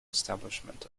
establishment